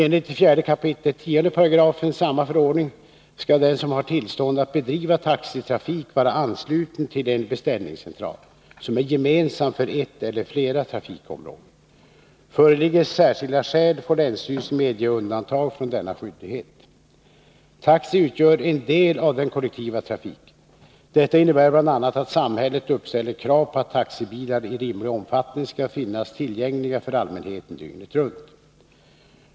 Enligt 4 kap. 10 § samma förordning skall den som har tillstånd att bedriva taxitrafik vara ansluten till en beställningscentral, som är gemensam för ett eller flera trafikområden. Om det finns särskilda skäl, får länsstyrelsen medge undantag från denna skyldighet. Taxi utgör en del av den kollektiva trafiken. Detta innebär bl.a. att samhället uppställer krav på att taxibilar i rimlig omfattning skall finnas tillgängliga för allmänheten dygnet runt.